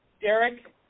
Derek